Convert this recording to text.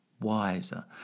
wiser